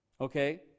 Okay